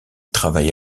travaille